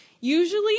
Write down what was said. usually